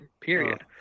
period